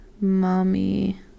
mommy